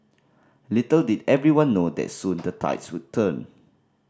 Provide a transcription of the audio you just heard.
little did everyone know that soon the tides would turn